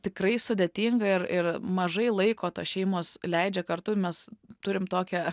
tikrai sudėtinga ir ir mažai laiko tos šeimos leidžia kartu mes turim tokią